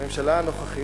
הממשלה הנוכחית,